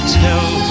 tell